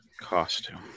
costume